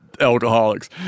alcoholics